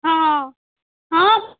हँ हँ